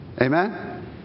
amen